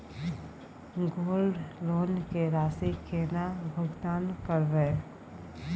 Gold loan के राशि केना भुगतान करबै?